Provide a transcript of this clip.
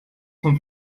vom